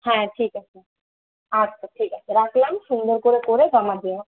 হ্যাঁ ঠিক আছে আচ্ছা ঠিক আছে রাখলাম সুন্দর কোরো করে জমা দিও